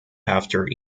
after